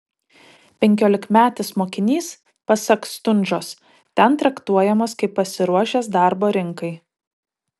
penkiolikmetis mokinys pasak stundžos ten traktuojamas kaip pasiruošęs darbo rinkai